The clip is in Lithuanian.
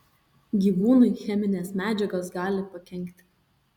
gyvūnui cheminės medžiagos gali pakenkti